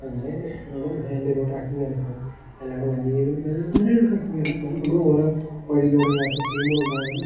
അങ്ങനെ യാണ് എൻ്റെയൊരു ട്രക്കിംഗ് അനുഭവം അല്ലാണ്ട് വന്യജീവികൾക്ക് അങ്ങനെയായിട്ട് ഒരു ട്രക്കിംഗ് അല്ല എന്നാലും നമ്മളോരോ വഴിയിലൂടെ യാത്ര ചെയ്യുമ്പോളുണ്ടാകുന്ന